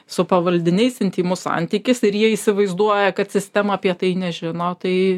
su pavaldiniais intymus santykis ir jie įsivaizduoja kad sistema apie tai nežino tai